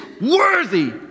worthy